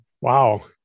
Wow